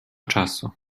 czasu